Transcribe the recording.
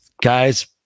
guys